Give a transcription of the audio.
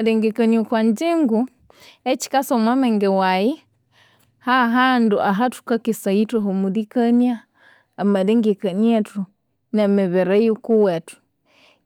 Namalengekania okwanjingu ekyiksa omwamenge wayi, hahandu ahathukakesaya ithwahumulikania amalengekaniathu nemibiri yikuwethu.